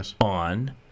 on